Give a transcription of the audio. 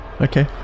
okay